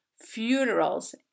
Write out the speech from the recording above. funerals